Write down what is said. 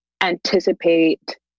anticipate